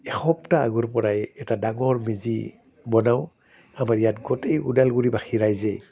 এসপ্তাহ আগৰপৰাই এটা ডাঙৰ মেজি বনাওঁ আমাৰ ইয়াত গোটেই ওদালগুৰিবাসী ৰাইজে